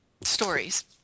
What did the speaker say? stories